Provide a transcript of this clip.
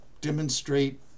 demonstrate